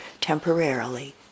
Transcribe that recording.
temporarily